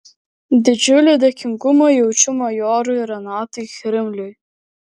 didžiulį dėkingumą jaučia majorui renatui chrimliui